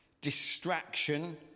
distraction